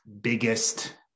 biggest